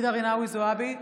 ג'ידא רינאוי זועבי,